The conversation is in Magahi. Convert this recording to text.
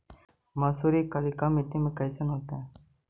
मसुरी कलिका मट्टी में कईसन होतै?